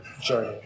journey